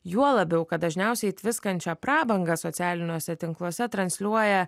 juo labiau kad dažniausiai tviskančią prabangą socialiniuose tinkluose transliuoja